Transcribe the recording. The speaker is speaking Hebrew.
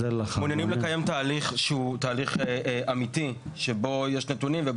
הם מעוניינים לקיים תהליך אמיתי שבו יש נתונים.